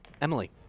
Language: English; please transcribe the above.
Emily